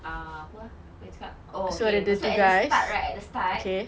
uh apa ah nak cakap oh okay lepas itu at the start right at the start